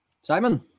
Simon